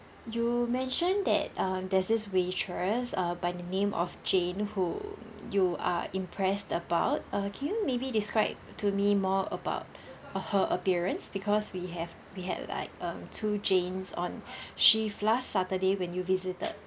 you mention that uh there's this waitress uh by the name of jane who you are impressed about uh can you maybe describe to me more about her appearance because we have we had like um two jane's on shift last saturday when you visited